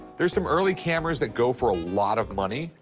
there's some early cameras that go for a lot of money.